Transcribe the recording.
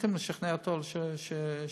ניסיתם לשכנע אותו שיסכים,